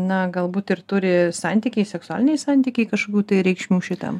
na galbūt ir turi santykiai seksualiniai santykiai kažkokių tai reikšmių šitam